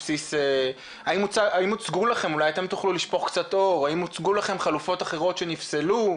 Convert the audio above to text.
האם הוצגו לכם חלופות אחרות שנפסלו,